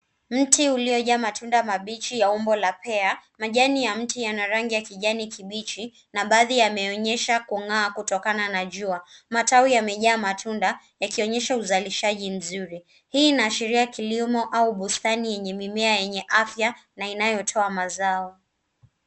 Mti umejaa matunda mabichi yenye umbo la pea. Majani ya mti yana rangi ya kijani kibichi na baadhi yake yanaonekana kung’aa kutokana na mwanga wa jua. Matawi yaliyo na matunda mengi yanaonyesha uzalishaji mzuri. Hii ni ishara ya kilimo au bustani yenye mimea yenye afya na inayotoa mazao bora